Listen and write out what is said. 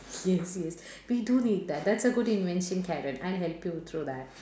yes yes we do need that thats a good invention Karen I help you through that